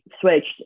switched